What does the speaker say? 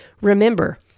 Remember